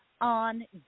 on